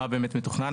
ומה באמת מתוכנן.